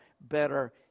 better